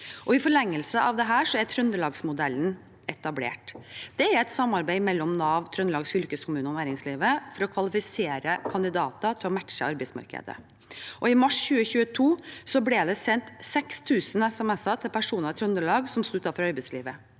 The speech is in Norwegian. I forlengelsen av dette er Trøndelagsmodellen etablert. Det er et samarbeid mellom Nav, Trøndelag fylkeskommune og næringslivet for å kvalifisere kandidater til å matche arbeidsmarkedet. I mars 2022 ble det sendt 6 000 sms-er til personer i Trøndelag som stod utenfor arbeidslivet.